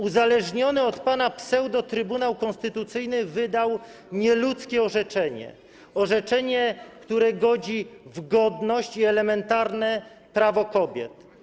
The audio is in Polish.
Uzależniony od pana pseudo-Trybunał Konstytucyjny wydał nieludzkie orzeczenie, orzeczenie, które godzi w godność i elementarne prawo kobiet.